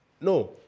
No